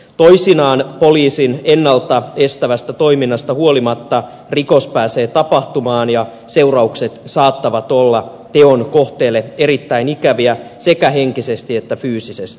toisinaan poliisin ennalta estävästä toiminnasta huolimatta rikos pääsee tapahtumaan ja seuraukset saattavat olla teon kohteelle erittäin ikäviä sekä henkisesti että fyysisesti